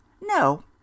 no